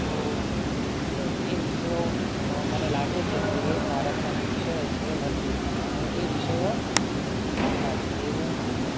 તો હું એ વિષયો મને લાગે છે કે ભારતના જે વિષય છે વર્જિત છે અને એ વિષયો આવવા જોઈએ એવું હું માનું છું